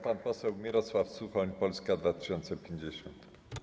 Pan poseł Mirosław Suchoń, Polska 2050.